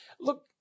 Look